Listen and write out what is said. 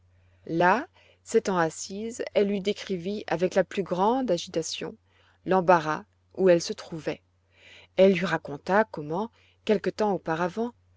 là s'étant assise elle lui décrivit avec la plus grande agitation l'embarras où elle se trouvait elle lui raconta comment quelque temps auparavant